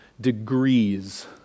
degrees